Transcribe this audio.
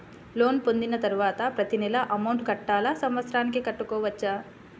Loan పొందిన తరువాత ప్రతి నెల అమౌంట్ కట్టాలా? సంవత్సరానికి కట్టుకోవచ్చా?